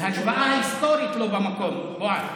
ההשוואה ההיסטורית לא במקום, בועז.